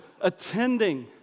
attending